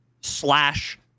slash